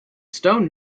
stone